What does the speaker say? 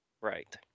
Right